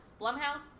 Blumhouse